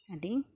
ᱟᱹᱰᱤ